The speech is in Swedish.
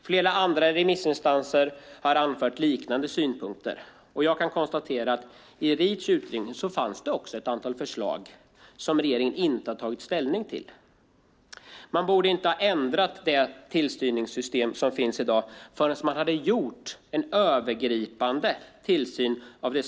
Flera andra remissinstanser har anfört liknande synpunkter. Jag kan också konstatera att det i Reachutredningen fanns ett antal förslag som regeringen inte tagit ställning till. Man borde inte ändra det tillsynssystem som finns i dag innan man gjort en övergripande översyn av det.